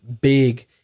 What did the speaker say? big